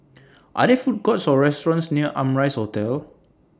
Are There Food Courts Or restaurants near Amrise Hotel